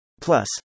Plus